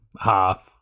half